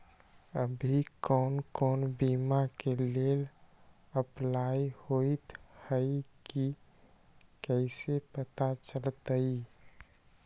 अभी कौन कौन बीमा के लेल अपलाइ होईत हई ई कईसे पता चलतई?